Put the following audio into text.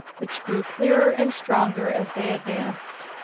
which grew clearer and stronger as they advanced.